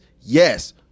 yes